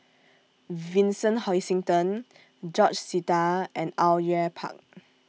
Vincent Hoisington George Sita and Au Yue Pak